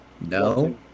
No